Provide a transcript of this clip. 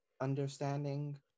understanding